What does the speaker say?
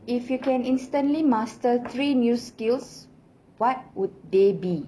if you can instantly master three new skills what would they be